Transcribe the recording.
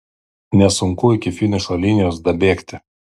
nesunku iki finišo linijos dabėgti